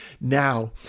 now